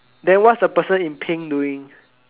then what's the person in pink doing